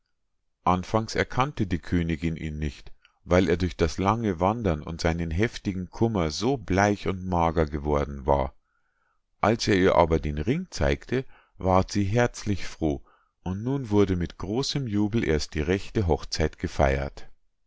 anfangs erkannte die königinn ihn nicht weil er durch das lange wandern und seinen heftigen kummer so bleich und mager geworden war als er ihr aber den ring zeigte ward sie herzlich froh und nun wurde mit großem jubel erst die rechte hochzeit gefeiert